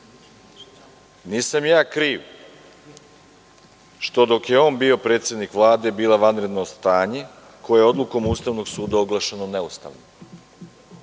Nisam ja kriv što je dok je on bio predsednik Vlade bilo vanredno stanje, koje je odlukom Ustavnog suda proglašeno neustavnim.